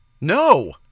no